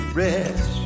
rest